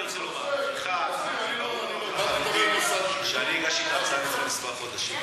שני דברים אני רוצה לומר לך: 1. שאני הגשתי את ההצעה לפני כמה חודשים,